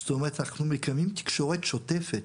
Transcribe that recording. זאת אומרת אנחנו מקיימים תקשורת שוטפת.